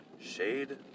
Shade